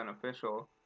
beneficial